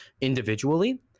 individually